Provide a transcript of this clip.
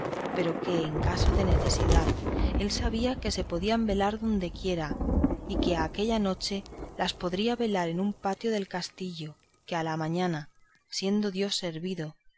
pero que en caso de necesidad él sabía que se podían velar dondequiera y que aquella noche las podría velar en un patio del castillo que a la mañana siendo dios servido